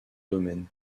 domaine